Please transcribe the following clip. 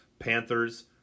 Panthers